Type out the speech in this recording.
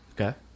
okay